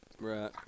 right